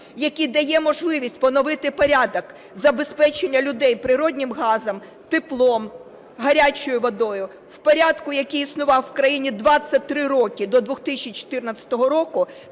який дає можливість поновити порядок забезпечення людей природним газом, теплом, гарячою водою в порядку, який існував у країні 23 роки, до 2014 року,